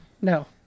No